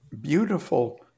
beautiful